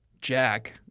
Jack